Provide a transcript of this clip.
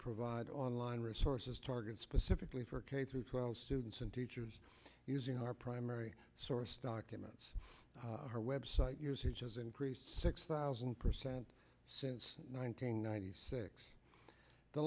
provide online resources to target specifically for k through twelve students and teachers using our primary source documents our website years has increased six thousand percent since nineteen ninety six the